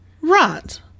Right